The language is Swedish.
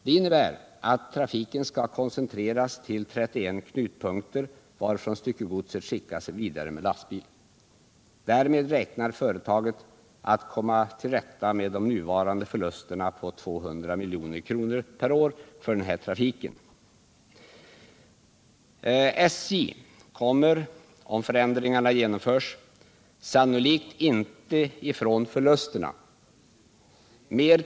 Det innebär att trafiken skall koncentreras till 31 knutpunkter, varifrån styckegodset skickas vidare med lastbil. Därmed räknar företaget med att kunna komma till rätta med de nuvarande förlusterna på 200 milj.kr. per år för den här trafiken. SJ kommer, om förändringarna genomförs, sannolikt inte ifrån förlusterna.